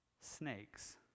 snakes